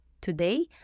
Today